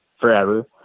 forever